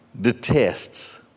detests